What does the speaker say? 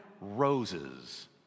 roses